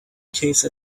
case